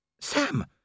Sam